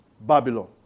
Babylon